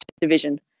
division